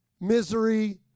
misery